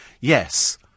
yes